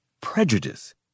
prejudice